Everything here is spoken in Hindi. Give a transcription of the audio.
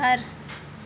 घर